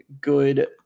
good